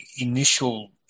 initial